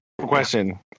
Question